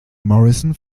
morrison